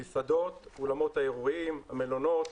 המסעדות, אולמות האירועים, המלונות,